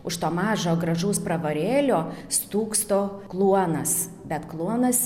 už to mažo gražaus pravarėlio stūksto kluonas bet kluonas